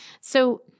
So-